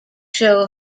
show